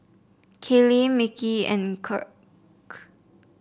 Kalie Mickie and Kirk